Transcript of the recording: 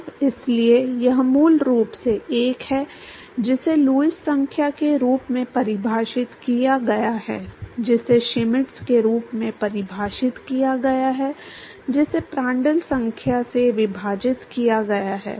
तो इसलिए यह मूल रूप से 1 है जिसे लुईस संख्या के रूप में परिभाषित किया गया है जिसे श्मिट के रूप में परिभाषित किया गया है जिसे प्रांड्ल संख्या से विभाजित किया गया है